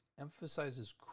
emphasizes